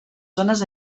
zones